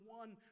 one